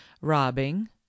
robbing